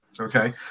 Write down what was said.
Okay